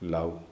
Love